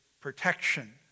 protection